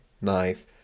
knife